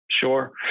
Sure